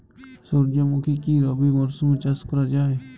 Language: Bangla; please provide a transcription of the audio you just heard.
সুর্যমুখী কি রবি মরশুমে চাষ করা যায়?